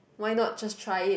why not just try it